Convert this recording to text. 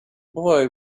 boy